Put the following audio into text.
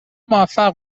موفق